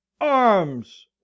arms